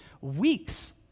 weeks